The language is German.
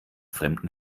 fremden